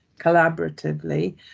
collaboratively